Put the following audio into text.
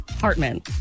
Hartman